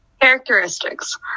characteristics